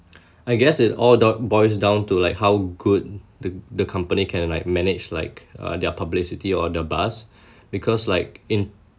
I guess it all dow~ boils down to like how good the the company can like manage like uh their publicity or the bust because like in